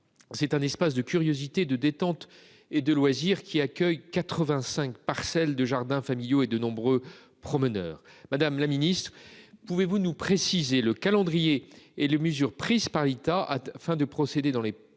est un espace de curiosité, de détente et de loisirs qui accueille 85 parcelles de jardins familiaux et de nombreux promeneurs. Madame la secrétaire d'État, pouvez-vous nous préciser le calendrier et les mesures prises par l'État pour procéder, dans les plus